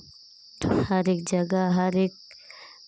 हर एक जगह हर एक